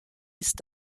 ist